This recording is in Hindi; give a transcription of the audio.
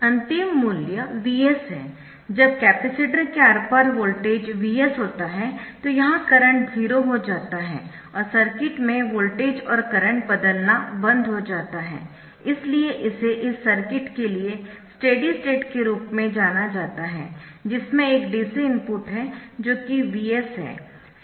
अंतिम मूल्य Vs है जब कैपेसिटर के आर पार वोल्टेज Vs होता है तो यहां करंट 0 हो जाता है और सर्किट में वोल्टेज और करंट बदलना बंद हो जाता है इसलिए इसे इस सर्किट के लिए स्टेडी स्टेट के रूप में जाना जाता है जिसमें एक dc इनपुट है जो कि Vs है